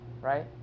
right